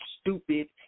stupid